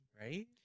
right